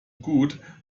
good